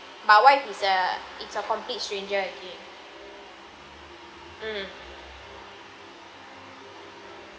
but why is a is a complete stranger again mm